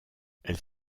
elles